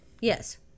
Yes